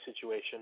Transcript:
situation